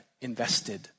invested